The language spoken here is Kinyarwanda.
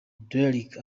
derrick